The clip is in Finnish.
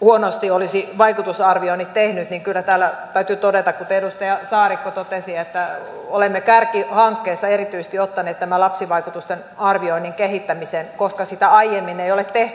huonosti olisi vaikutusarvioinnit tehnyt kuten edustaja saarikko totesi että olemme kärkihankkeessa erityisesti ottaneet tämän lapsivaikutusten arvioinnin kehittämisen koska sitä ei aiemmin ole tehty